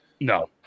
No